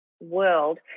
world